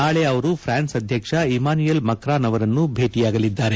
ನಾಳೆ ಅವರು ಫ್ರಾನ್ಸ್ ಅಧ್ಯಕ್ಷ ಇಮಾನ್ಯುಯಲ್ ಮಕ್ರಾನ್ ಅವರನ್ನು ಭೇಟಿಯಾಗಲಿದ್ದಾರೆ